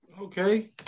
Okay